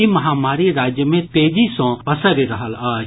ई महामारी राज्य मे तेजी सॅ पसरि रहल अछि